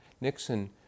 Nixon